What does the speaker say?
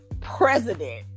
president